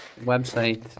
website